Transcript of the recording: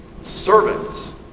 Servants